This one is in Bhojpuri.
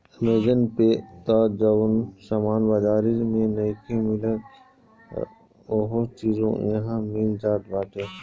अमेजन पे तअ जवन सामान बाजारी में नइखे मिलत उहो चीज इहा मिल जात बाटे